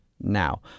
now